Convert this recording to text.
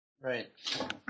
Right